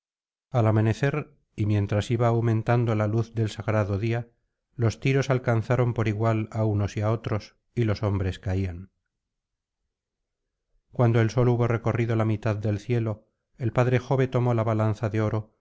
al amanecer y mientras iba aumentando la luz del sagrado día los tiros alcanzaban por igual á unos y á otros y los hombres caian cuando el sol hubo recorrido la mitad del cielo el padre jove tomó la balanza de oro